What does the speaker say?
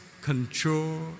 control